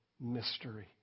mystery